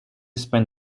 spent